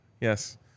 yes